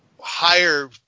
higher